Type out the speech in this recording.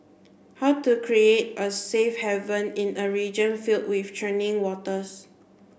how to create a safe haven in a region filled with churning waters